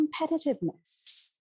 competitiveness